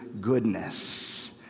goodness